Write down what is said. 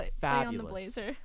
fabulous